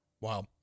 Wow